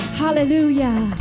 hallelujah